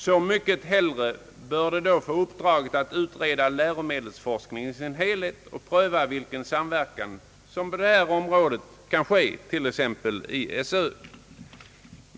Så mycket hellre bör då utredningen erhålla i uppdrag att utreda frågan om läromedelsforskningen i sin helhet och att pröva vilken samverkan som på detta område kan ske, t.ex. i skolöverstyrelsen.